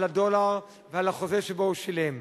על הדולר ועל החוזה שבו הוא שילם.